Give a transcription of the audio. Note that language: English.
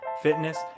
fitness